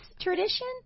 tradition